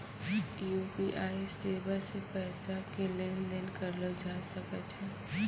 UPI सेबा से पैसा के लेन देन करलो जाय सकै छै